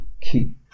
keep